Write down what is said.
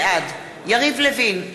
בעד יריב לוין,